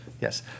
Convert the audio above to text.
Yes